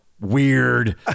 Weird